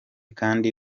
kandi